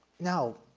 now,